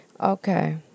okay